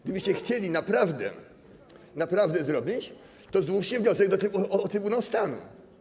Gdybyście chcieli naprawdę to zrobić, to złóżcie wniosek o Trybunał Stanu.